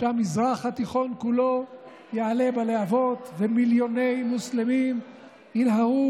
שהמזרח התיכון כולו יעלה בלהבות ומיליוני מוסלמים ינהרו